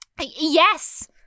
yes